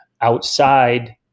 outside